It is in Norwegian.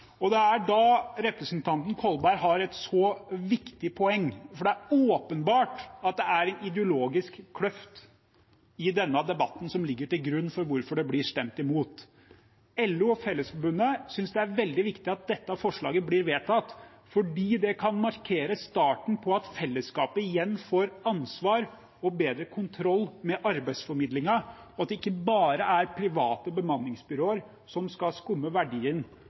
og representanten Kolberg har et viktig poeng, for det er åpenbart at det i denne debatten er en ideologisk kløft som ligger til grunn for hvorfor det blir stemt imot. LO og Fellesforbundet synes det er veldig viktig at dette forslaget blir vedtatt, fordi det kan markere starten på at fellesskapet igjen får ansvar for og bedre kontroll over arbeidsformidlingen, og at det ikke bare er private bemanningsbyråer som skal skumme verdien